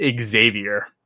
Xavier